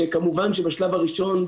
כמובן שבשלב הראשון,